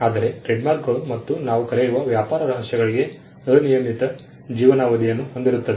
ಆದರೆ ಟ್ರೇಡ್ಮಾರ್ಕ್ಗಳು ಮತ್ತು ನಾವು ಕರೆಯುವ ವ್ಯಾಪಾರ ರಹಸ್ಯಗಳಿಗೆ ಅನಿಯಮಿತ ಜೀವನ ಅವಧಿಯನ್ನು ಹೊಂದಿರುತ್ತವೆ